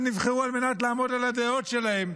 שנבחרו על מנת לעמוד על הדעות שלהם,